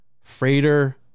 Freighter